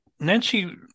Nancy